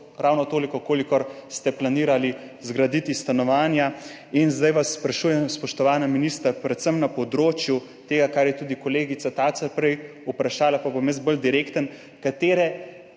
ravno toliko, kolikor ste planirali zgraditi stanovanj. Zdaj vaju sprašujem, spoštovana ministra, predvsem na področju tega, kar je tudi kolegica Tacer prej vprašala, pa bom jaz bolj direkten. Zanima